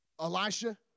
Elisha